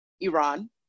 Iran